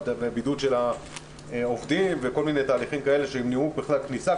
ובידוד של העובדים וכל מיני תהליכים כאלה שימנעו בכלל כניסה,